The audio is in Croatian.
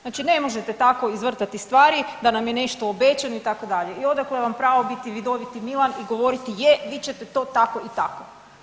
Znači ne možete tako izvrtati stvari, da nam je nešto obećano, itd. i odakle vam pravo biti vidoviti Milan i govoriti, je, vi ćete to tako i tako.